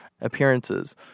appearances